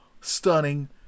stunning